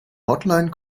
hotline